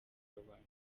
rubanda